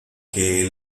que